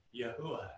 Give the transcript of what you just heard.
Yahuwah